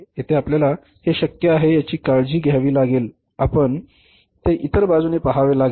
येथे आपल्याला हे शक्य आहे याची काळजी घ्यावी लागेल आपण हे इतर बाजूने पहावे लागेल